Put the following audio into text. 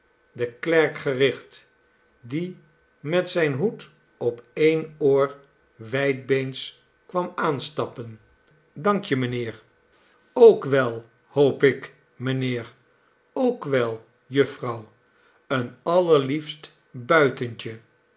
den klerk gericht die met zijn hoed op een oor wijdbeens kwam aanstappen dankje mijnheer ook wel hoop ik mijnheer ook wel jufvrouw een allerliefst